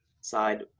side